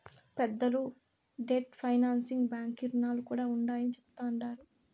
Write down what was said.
పెద్దలు debt financing బాంకీ రుణాలు కూడా ఉండాయని చెప్తండారు